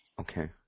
Okay